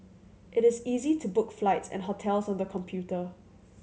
it is easy to book flights and hotels on the computer